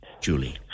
Julie